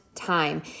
Time